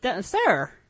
sir